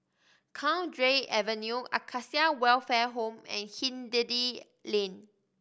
Cowdray Avenue Acacia Welfare Home and Hindhede Lane